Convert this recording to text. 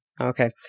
Okay